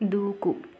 దూకు